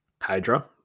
hydra